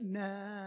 now